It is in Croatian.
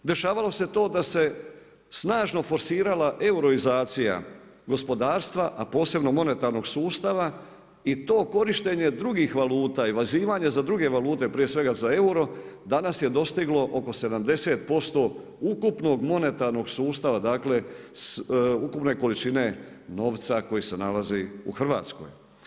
Dešavalo se to da se snažno forsirala euroizacija gospodarstva a posebno monetarnog sustava i to korištenje drugih valuta i vezivanja za druge valute prije svega za euro, danas je dostiglo oko 70% ukupnog monetarnog sustava, dakle ukupne količine novca koji se nalazi u Hrvatskoj.